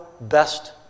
best